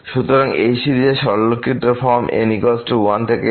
সুতরাং এই সিরিজের সরলীকৃত ফর্ম n1 থেকে ∞ হয়